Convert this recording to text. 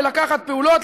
בלקחת פעולות,